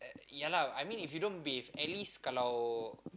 uh ya lah I mean if you don't bathe at least kalau